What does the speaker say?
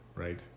Right